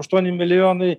aštuoni milijonai